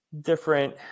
different